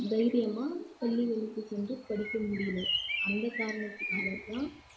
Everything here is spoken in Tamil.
தைரியமாக பள்ளிகளுக்குச் சென்று படிக்க முடியல அந்தக் காரணத்துனால் தான்